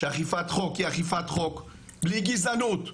שאכיפת חוק היא אכיפת חוק בלי גזענות.